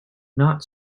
not